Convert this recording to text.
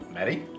Maddie